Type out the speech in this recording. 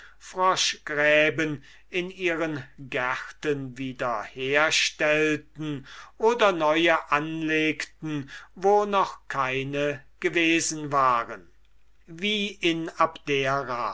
vertrockneten froschgräben in ihren gärten wieder herstellten oder neue anlegten wo noch keine gewesen waren wie in abdera